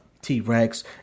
t-rex